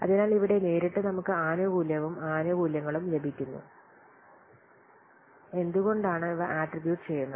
അതിനാൽ ഇവിടെ നേരിട്ട് നമുക്ക് ആനുകൂല്യവും ആനുകൂല്യങ്ങളും ലഭിക്കുന്നു എന്തുകൊണ്ടാണ് ഇവ ആട്രിബ്യൂട്ട് ചെയ്യുന്നത്